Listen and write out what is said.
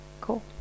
cool